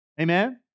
amen